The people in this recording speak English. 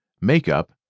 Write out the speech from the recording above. makeup